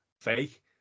fake